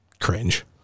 cringe